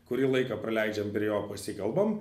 kurį laiką praleidžiam prie jo pasikalbam